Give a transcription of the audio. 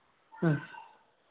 ಹ್ಞೂ